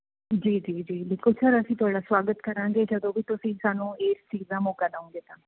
ਜੀ ਜੀ ਜੀ ਬਿਲਕੁਲ ਸਰ ਅਸੀਂ ਤੁਹਾਡਾ ਸਵਾਗਤ ਕਰਾਂਗੇ ਜਦੋਂ ਵੀ ਤੁਸੀਂ ਸਾਨੂੰ ਇਸ ਚੀਜ਼ ਦਾ ਮੌਕਾ ਦਉਂਗੇ ਤਾਂ